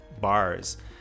bars